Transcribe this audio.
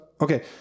Okay